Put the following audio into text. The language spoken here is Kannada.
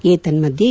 ಏತನ್ಮಧ್ಯೆ